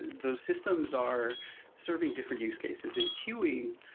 those systems are serving different use cases. in queueing,